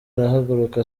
arahaguruka